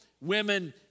women